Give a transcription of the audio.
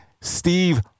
Steve